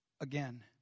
again